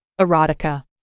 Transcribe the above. erotica